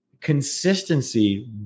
consistency